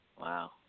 Wow